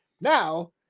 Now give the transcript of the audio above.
now